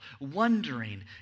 wondering